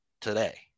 today